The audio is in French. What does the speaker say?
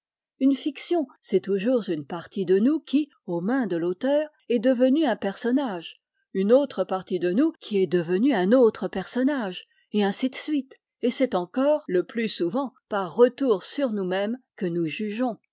une fiction c'est toujours une partie de nous qui aux mains de l'auteur est devenue un personnage une autre partie de nous qui est devenue un autre personnage et ainsi de suite et c'est encore le plus souvent par retour sur nous-mêmes que nous jugeons